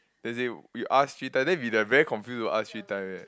then you say you ask three then we very confused about ask three time eh